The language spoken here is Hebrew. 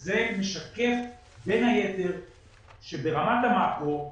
זה משקף בין היתר שברמת המקרו,